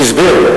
הוא הסביר.